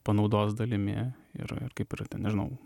panaudos dalimi ir ir kaip ir nežinau